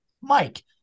Mike